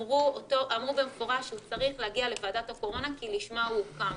אמרו במפורש שהוא צריך להגיע לוועדת הקורונה כי לשם זה היא קמה.